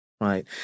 right